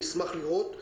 נשמח לראות.